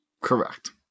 correct